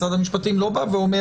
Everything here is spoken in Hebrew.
משרד המשפטים לא בא ואומר: